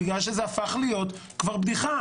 בגלל שזה הפך להיות כבר בדיחה.